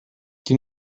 die